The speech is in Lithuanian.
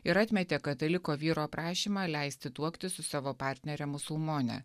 ir atmetė kataliko vyro prašymą leisti tuoktis su savo partnere musulmone